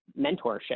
mentorship